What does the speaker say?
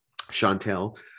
chantel